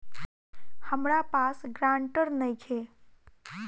हमरा पास ग्रांटर नइखे?